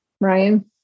Ryan